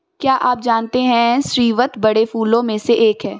क्या आप जानते है स्रीवत बड़े फूलों में से एक है